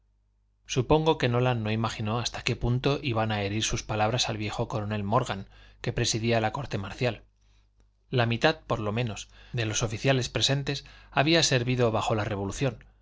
supongo que nolan no imaginó hasta qué punto iban a herir sus palabras al viejo coronel morgan que presidía la corte marcial la mitad por lo menos de los oficiales presentes había servido bajo la revolución